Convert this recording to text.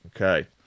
Okay